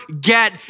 get